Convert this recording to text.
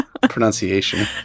pronunciation